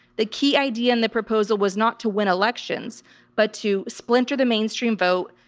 the key idea in the proposal was not to win elections but to splinter the mainstream vote,